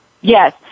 Yes